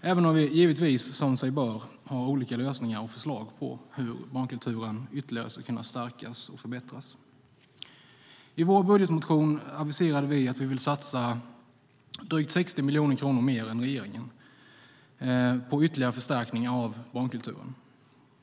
även om vi givetvis, som sig bör, har olika lösningar och förslag på hur barnkulturen ytterligare ska kunna stärkas och förbättras. I vår budgetmotion aviserade vi att vi vill satsa drygt 60 miljoner kronor mer än regeringen på ytterligare förstärkningar av barnkulturen.